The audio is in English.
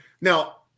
now